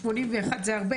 481 זה הרבה.